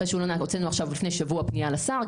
הוצאנו לפני שבוע פנייה לשר.